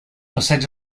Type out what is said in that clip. passeig